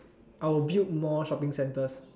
I will build more shopping centres